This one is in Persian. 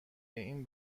این